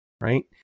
right